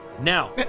Now